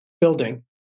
building